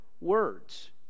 words